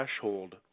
threshold